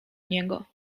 niego